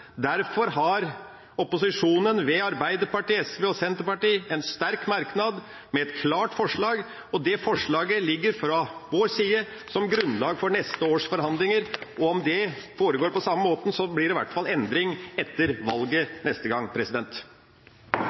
Derfor har opposisjonen, ved Arbeiderpartiet, SV og Senterpartiet, en sterk merknad med et klart forslag. Det forslaget ligger fra vår side som grunnlag for neste års forhandlinger – og om det foregår på samme måten, så blir det i hvert fall endring etter valget neste gang.